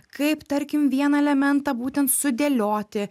kaip tarkim vieną elementą būtent sudėlioti